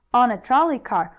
on a trolley car,